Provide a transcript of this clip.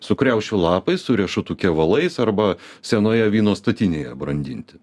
su kriaušių lapais su riešutų kevalais arba senoje vyno statinėje brandinti